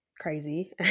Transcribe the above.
crazy